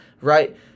right